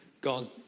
God